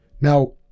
Now